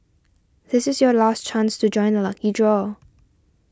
this is your last chance to join the lucky draw